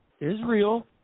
Israel